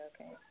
okay